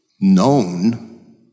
known